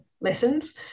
lessons